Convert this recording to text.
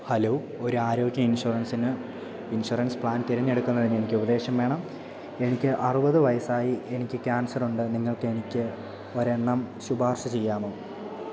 hello ഒരാരോഗ്യ ഇൻഷുറൻസിന് insurance plan തിരഞ്ഞെടുക്കുന്നതിന് എനിക്ക് ഉപദേശം വേണം എനിക്ക് അറുപത് വയസ്സായി എനിക്ക് ക്യാൻസറുണ്ട് നിങ്ങൾക്ക് എനിക്കൊരെണ്ണം ശുപാർശ ചെയ്യാമോ